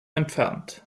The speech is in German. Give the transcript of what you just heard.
entfernt